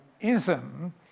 ism